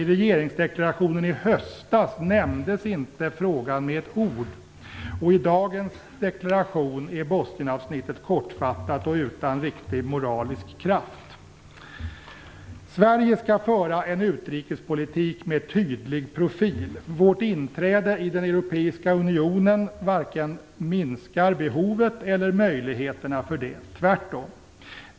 I regeringsdeklarationen i höstas nämndes inte frågan med ett ord. I dagens deklaration är Bosnienavsnittet kortfattat och utan riktig moralisk kraft. Sverige skall föra en utrikespolitik med tydlig profil. Vårt inträde i den europeiska unionen minskar varken behovet av eller möjligheterna för det - tvärtom.